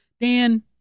Dan